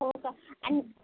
हो का अँड